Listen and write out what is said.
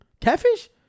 Catfish